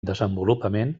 desenvolupament